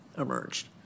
emerged